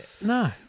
No